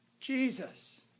Jesus